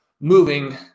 moving